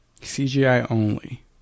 CGI-only